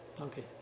Okay